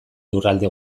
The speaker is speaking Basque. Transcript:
lurralde